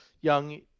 young